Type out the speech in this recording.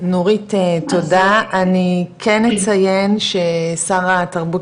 נורית תודה אני כן אציין ששר התרבות